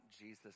Jesus